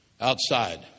Outside